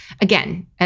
again